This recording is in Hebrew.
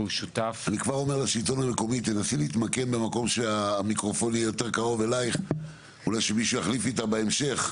והוא שותף מלא של הממשלה בהשגת היעדים,